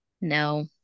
no